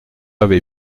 avait